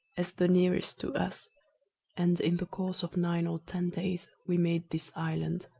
as the nearest to us and in the course of nine or ten days we made this island,